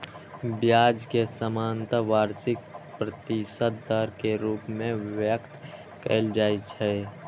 ब्याज कें सामान्यतः वार्षिक प्रतिशत दर के रूप मे व्यक्त कैल जाइ छै